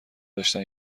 داشتن